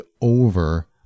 over